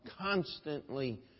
constantly